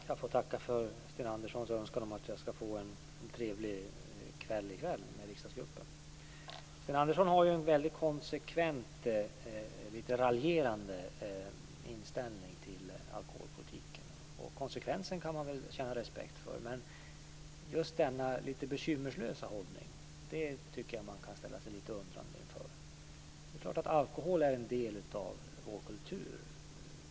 Herr talman! Jag får tacka för Sten Anderssons önskan om att jag skall få en trevlig kväll med riksdagsgruppen. Sten Andersson har en väldigt konsekvent, litet raljerande inställning till alkoholpolitiken. Konsekvensen kan man väl känna respekt för, men just denna litet bekymmerslösa hållning tycker jag man kan ställa sig litet undrande inför. Alkohol är självfallet en del av vår kultur.